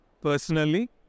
personally